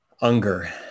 Unger